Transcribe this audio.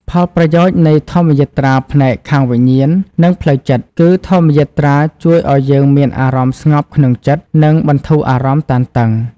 ផលប្រយោជន៍នៃធម្មយាត្រាផ្នែកខាងវិញ្ញាណ និងផ្លូវចិត្ត គឺ ធម្មយាត្រាជួយឲ្យយើងមានអារម្មណ៍ស្ងប់ក្នុងចិត្ត និងបន្ធូរអារម្មណ៍តានតឹង។